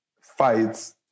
fights